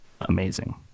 amazing